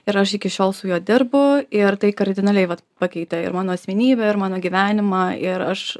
ir aš iki šiol su juo dirbu ir tai kardinaliai pakeitė ir mano asmenybę ir mano gyvenimą ir aš